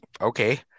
okay